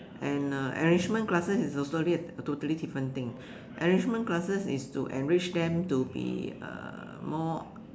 and uh enrichment classes is also a totally different thing enrichment classes is to enrich them to be uh more